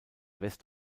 west